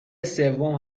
سوم